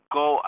go